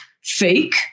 Fake